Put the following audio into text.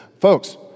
Folks